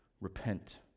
repent